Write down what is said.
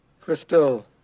Crystal